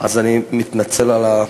אז אני מתנצל על,